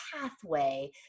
pathway